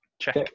Check